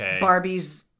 barbie's